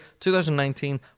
2019